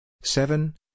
seven